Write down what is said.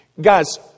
Guys